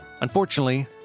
Unfortunately